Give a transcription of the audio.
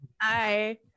Hi